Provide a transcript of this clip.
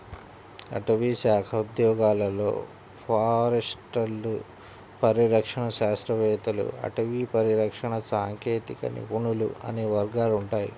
అటవీశాఖ ఉద్యోగాలలో ఫారెస్టర్లు, పరిరక్షణ శాస్త్రవేత్తలు, అటవీ పరిరక్షణ సాంకేతిక నిపుణులు అనే వర్గాలు ఉంటాయి